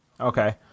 okay